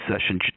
session